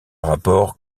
rapport